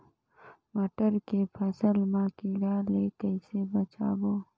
मटर के फसल मा कीड़ा ले कइसे बचाबो?